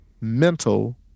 mental